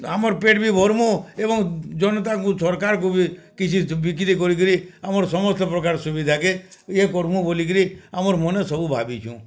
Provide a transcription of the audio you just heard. ଆମର୍ ପେଟ୍ ବି ଭରମୁ ଏବଂ ଜନତାକୁଁ ସରକାରକୁଁ ବି କିଛି ବିକ୍ରି କରିକରି ଆମର୍ ସମସ୍ତ ପ୍ରକାର୍ ସୁବିଧାକେ ଇଏ କରମୁ ବୋଲିକରି ଆମର୍ ମନେ ସବୁ ଭାବିଛୁଁ